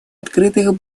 открытых